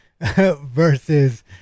versus